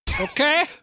Okay